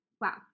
Wow